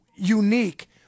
unique